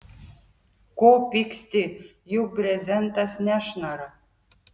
ko pyksti juk brezentas nešnara